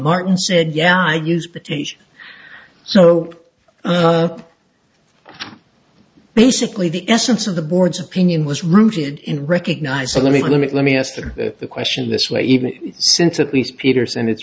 martin said yeah i used to teach so basically the essence of the board's opinion was rooted in recognizing let me going to let me ask the question this way even since at least peterson it's